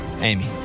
Amy